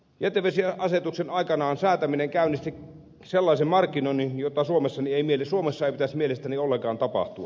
jätevesiasetuksen aikanaan säätäminen käynnisti sellaisen markkinoinnin jota suomessa ei pitäisi mielestäni ollenkaan tapahtua